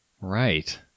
Right